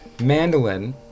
Mandolin